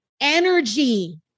energy